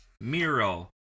Miro